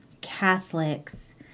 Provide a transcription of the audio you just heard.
Catholics